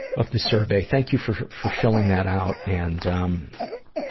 of the survey. thank you for, for filling that out and, um,